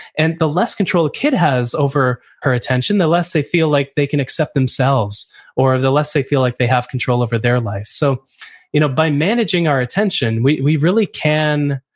and the less control a kid has over her attention, the less they feel like they can accept themselves or the less they feel like they have control over their life. so you know by managing our attention, we we really can